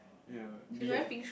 ya did get